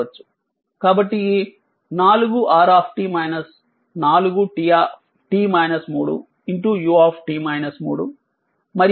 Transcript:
కాబట్టి ఈ 4 r 4 u మరియు ఇది